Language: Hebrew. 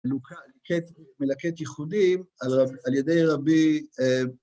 מלקט יחודי על ידי רבי